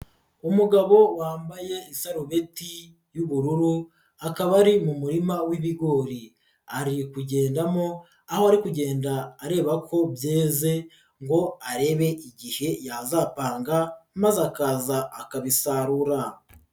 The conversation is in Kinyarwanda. Umugabo wambaye isarubeti y'ubururu, akaba ari mu murima w'ibigori, ari kugendamo aho ari kugenda areba ko byeze ngo arebe igihe yazapanga, maze akaza akabisarura.